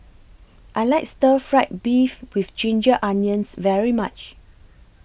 I like Stir Fried Beef with Ginger Onions very much